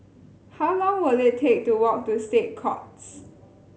how long will it take to walk to State Courts